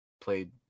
played